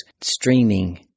streaming